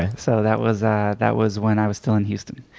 and so that was ah that was when i was still in houston.